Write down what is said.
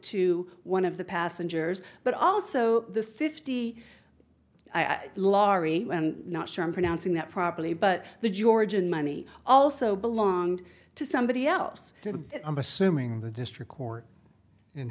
to one of the passengers but also the fifty larrie not sure i'm pronouncing that properly but the georgian money also belonged to somebody else i'm assuming the district court in